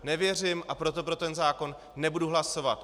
Nevěřím, a proto pro ten zákon nebudu hlasovat.